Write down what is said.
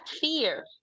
fear